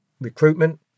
recruitment